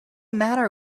matter